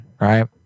right